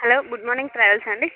hello good morning ట్రావెల్సా అండి